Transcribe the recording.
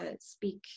speak